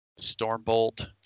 Stormbolt